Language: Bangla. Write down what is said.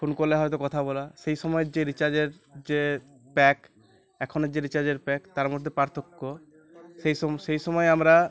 ফোন করলে হয়তো কথা বলা সেই সময়ের যে রিচার্জের যে প্যাক এখনের যে রিচার্জের প্যাক তার মধ্যে পার্থক্য সেই সম সেই সময় আমরা